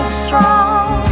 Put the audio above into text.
strong